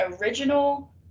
original